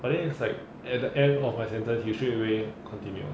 but then it's like at the end of my sentence you straight away continued